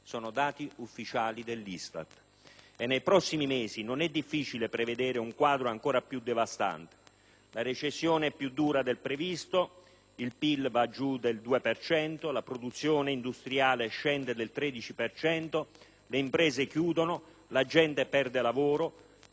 e nei prossimi mesi non è difficile prevedere un quadro ancora più devastante. La recessione è più dura del previsto, il PIL va giù del due per cento, la produzione industriale scende del 13 per cento, le imprese chiudono, la gente perde il lavoro. Sono queste stime della Confindustria,